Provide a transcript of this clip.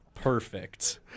perfect